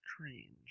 Strange